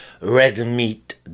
red-meat